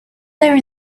there